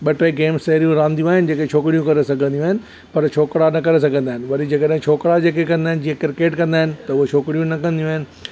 ॿ टे गेम्स अहिड़ियूं रांदियूं आहिनि जेके छोकिरियूं करे सघंदियूं आहिनि पर छोकिरा न करे सघंदा आहिनि वरी जेके छोकिरा जेके कंदा आहिनि जीअं क्रिकेट कंदा आहिनि त उहे छोकिरियूं न कंदियूं आहिनि